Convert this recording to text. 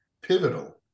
pivotal